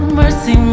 mercy